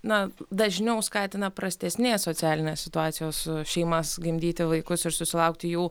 na dažniau skatina prastesnės socialinės situacijos šeimas gimdyti vaikus ir susilaukti jų